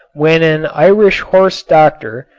when an irish horse-doctor,